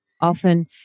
often